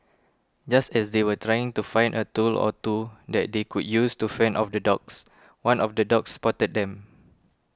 just as they were trying to find a tool or two that they could use to fend off the dogs one of the dogs spotted them